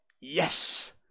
Yes